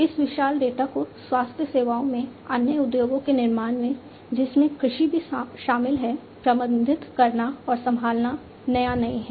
इस विशाल डेटा को स्वास्थ्य सेवाओं में अन्य उद्योगों के निर्माण में जिसमें कृषि भी शामिल है प्रबंधित करना और संभालना नया नहीं है